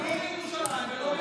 סכנת חיים, המכת"זית.